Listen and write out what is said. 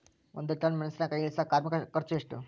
ಒಂದ್ ಟನ್ ಮೆಣಿಸಿನಕಾಯಿ ಇಳಸಾಕ್ ಕಾರ್ಮಿಕರ ಖರ್ಚು ಎಷ್ಟು?